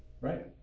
right